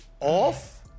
off